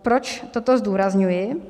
Proč toto zdůrazňuji?